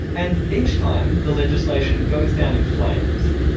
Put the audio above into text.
and each time the legislation goes down in flames.